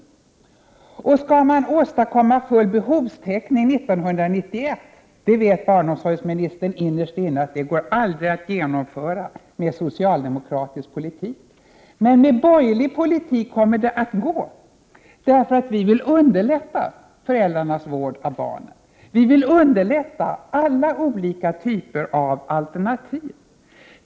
Vad gäller möjligheterna att åstadkomma full behovstäckning 1991 vet barnomsorgsministern innerst inne att en sådan aldrig går att genomföra med socialdemokratisk politik. Med borgerlig politik kommer det dock att gå, för vi vill underlätta föräldrarnas vård av barnen. Vi vill underlätta alla olika typer av alternativ.